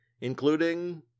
including